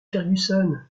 fergusson